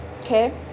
Okay